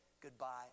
goodbye